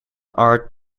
art